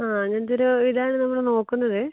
ആ ഞാന്തൊരു വീടാണ് നമ്മൾ നോക്കുന്നത്